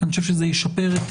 אני חושב שזה ישפר את